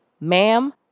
ma'am